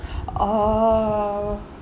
orh